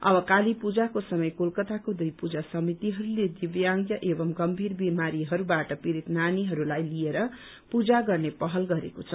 अब काली पूजाको समय कोलकताको दुइ पूजा समितिहरूले दिव्यांग एवं गम्भीर बिमारीहरूबाट पीड़ित नानीहरूलाई लिएर पूजा गर्ने पहल गरेको छ